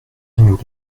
nous